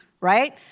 right